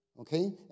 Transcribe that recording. okay